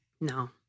No